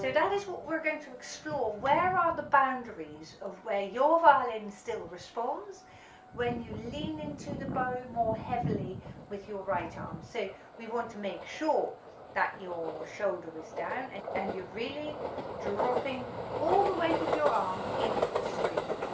that is what we're going to explore where are the boundaries of where your violin ah and still responds when you lean into the bow more heavily with your right arm, so we want to make sure that your shoulder is down and and you're really dropping all the weight of your arm into the string,